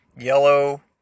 yellow